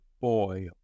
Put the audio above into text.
boy